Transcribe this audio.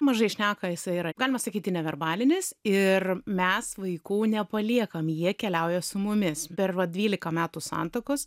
mažai šneka jisai yra galima sakyti neverbalinis ir mes vaikų nepaliekam jie keliauja su mumis per va dvylika metų santuokos